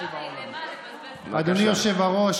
אדוני היושב-ראש,